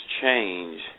change